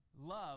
love